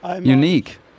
Unique